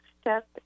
step